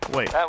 Wait